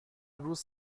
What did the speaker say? روز